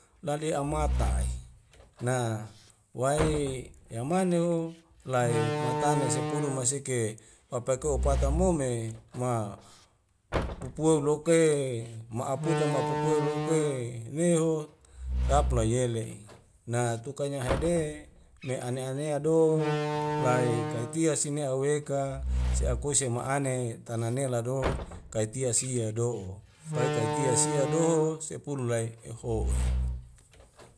Lale au matai na wae yamane ho lae matane sepulu masike wapaeko pata mo me ma pupua loke ma'aputa ma'pupua loke meho rapnayele na tuka nya hede me ane anea do lai kaitia sine aiweka se akose ma'ane tana nela do kaitia sia a do pai kai tia sia dohol sepulu lai eho'i